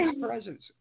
presence